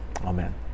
Amen